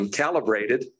calibrated